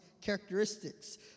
characteristics